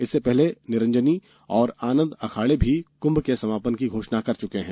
इससे पहले निरंजनी और आनंद अखाड़े भी कुंभ के समापन की घोषणा कर चुके हैं